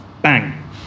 Bang